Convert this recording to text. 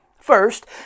First